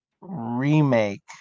remake